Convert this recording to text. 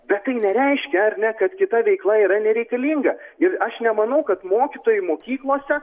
bet tai nereiškia ar ne kad kita veikla yra nereikalinga ir aš nemanau kad mokytojai mokyklose